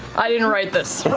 i didn't write this.